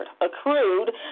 accrued